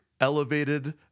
elevated